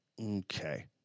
okay